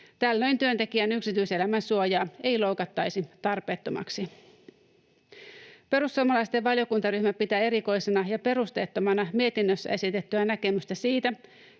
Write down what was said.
Tällöin työntekijän yksityiselämän suojaa ei loukattaisi tarpeettomasti. Perussuomalaisten valiokuntaryhmä pitää erikoisena ja perusteettomana mietinnössä esitettyä näkemystä siitä,